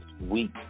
week